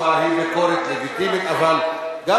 זה מזכירות הממשלה, לא